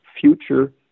future